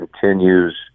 continues